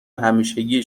همیشگی